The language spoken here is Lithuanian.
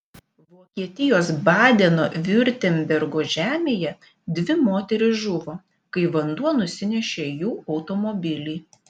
vokietijos badeno viurtembergo žemėje dvi moterys žuvo kai vanduo nusinešė jų automobilį